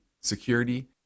security